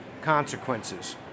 consequences